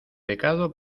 pecado